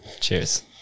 cheers